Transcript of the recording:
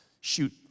shoot